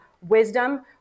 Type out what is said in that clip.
wisdom